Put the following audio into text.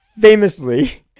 famously